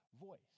voice